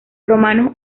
romanos